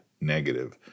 negative